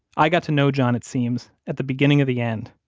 i got to know john, it seems, at the beginning of the end,